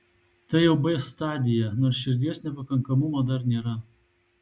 tai jau b stadija nors širdies nepakankamumo dar nėra